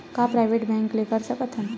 का private bank ले कर सकत हन?